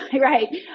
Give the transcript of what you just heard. right